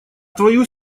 твою